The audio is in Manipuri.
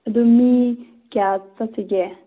ꯑꯗꯣ ꯃꯤ ꯀꯌꯥ ꯆꯠꯁꯤꯒꯦ